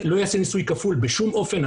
ניסוי כפול בשום אופן,